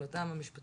על אותם משפטים,